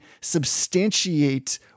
substantiate